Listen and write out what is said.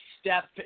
step